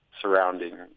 surrounding